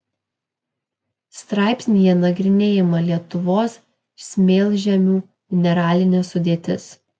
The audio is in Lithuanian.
straipsnyje nagrinėjama lietuvos smėlžemių mineralinė sudėtis